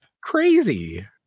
Crazy